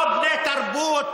לא בני תרבות.